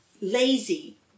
lazy